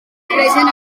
cobreixen